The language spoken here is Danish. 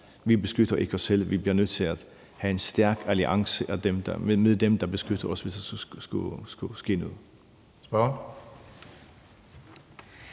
beskytter os selv; vi bliver nødt til at have en stærk alliance med dem, der beskytter os, hvis der skulle ske noget. Kl.